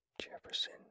Jefferson